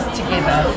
together